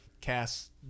cast